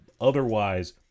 otherwise